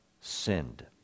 sinned